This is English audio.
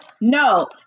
no